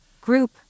Group